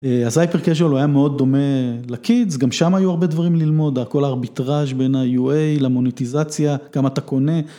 אז ההיפריקזיול היה מאוד דומה לקידס, גם שם היו הרבה דברים ללמוד, הכל הארביטראז' בין ה-UA למוניטיזציה, כמה אתה קונה.